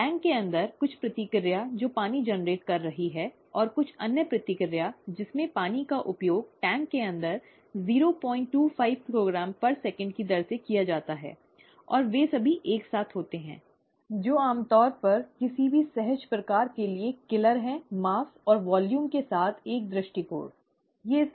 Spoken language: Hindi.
टैंक के अंदर कुछ प्रतिक्रिया जो पानी जनरेट कर रही है और कुछ अन्य प्रतिक्रिया जिसमें पानी का उपयोग टैंक के अंदर 025 किग्राएस 025 kgs की दर से किया जाता है और वे सभी एक साथ होते हैं ठीक है जो आमतौर पर किसी भी सहज प्रकार के लिए किलर है द्रव्यमान और मात्रा के साथ एक दृष्टिकोण ठीक है